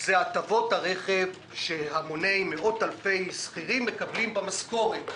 היא הטבות הרכב שמאות-אלפי שכירים מקבלים במשכורת.